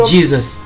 Jesus